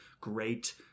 great